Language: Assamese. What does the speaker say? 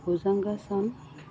ভূজংগাসন